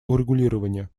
урегулирования